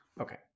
Okay